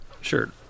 sure